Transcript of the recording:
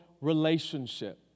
relationship